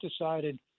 decided